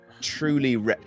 truly